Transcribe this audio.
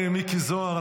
תודה רבה לשר מיקי זוהר.